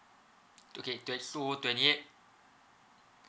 okay twenty two twenty eight